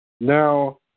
now